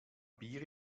bier